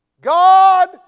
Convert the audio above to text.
God